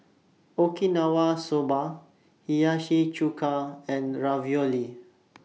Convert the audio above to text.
Okinawa Soba Hiyashi Chuka and Ravioli